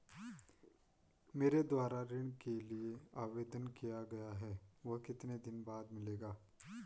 मेरे द्वारा ऋण के लिए आवेदन किया गया है वह कितने दिन बाद मिलेगा?